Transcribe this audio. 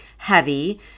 heavy